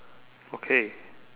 okay